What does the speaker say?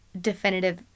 definitive